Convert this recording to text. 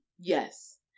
Yes